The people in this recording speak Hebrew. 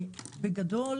בגדול,